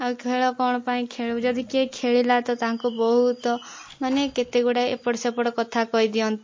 ଆଉ ଖେଳ କଣ ପାଇଁ ଖେଳିବୁ ଯଦି କେହି ଖେଳିଲା ତାଙ୍କୁ ବହୁତ ମାନେ କେତେ ଗୁଡ଼ାଏ ଏପଟ ସେପଟ କଥା କହିଦିଅନ୍ତି